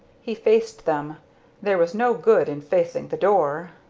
he faced them there was no good in facing the door.